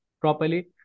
properly